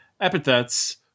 epithets